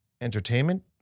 Entertainment